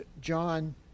John